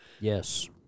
Yes